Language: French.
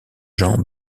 jean